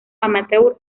amateur